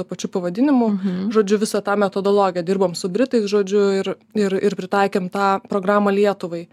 tuo pačiu pavadinimu žodžiu visą tą metodologiją dirbom su britais žodžiu ir ir ir pritaikėm tą programą lietuvai